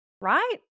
right